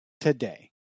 today